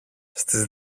στις